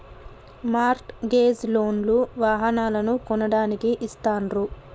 mart gauge loan లు వాహనాలను కొనడానికి ఇస్తాండ్రు